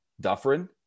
Dufferin